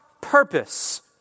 purpose